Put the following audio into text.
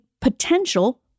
potential